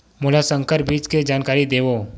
मोला संकर बीज के जानकारी देवो?